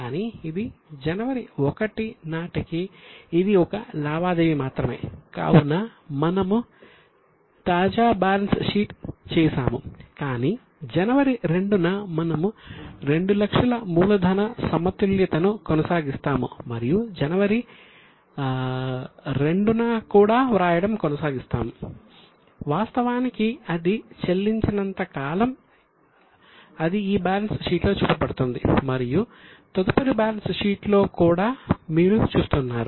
కానీ ఇది జనవరి 1 నాటికి ఇది ఒక లావాదేవీ మాత్రమే కావున మనము తాజా బ్యాలెన్స్ షీట్ చేసాము కాని జనవరి 2 న మనము 200000 మూలధన సమతుల్యతను కొనసాగిస్తాము మరియు జనవరి 2 న కూడా వ్రాయడం కొనసాగిస్తాము వాస్తవానికి అది చెల్లించనంత కాలం అది ఈ బ్యాలెన్స్ షీట్లో చూపబడుతుంది మరియు తదుపరి బ్యాలెన్స్ షీట్లలో కూడా మీరు చూస్తున్నారు